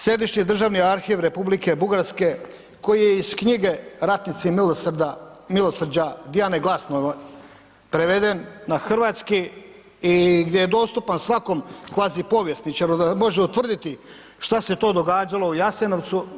Središnji državni arhiv Republike Bugarske koji je iz knjige „Ratnici milosrđa“ Dijane Glasnov preveden na hrvatski i gdje je dostupan svakom kvazi povjesničaru da može utvrditi što se to događalo u Jasenovcu.